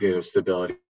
stability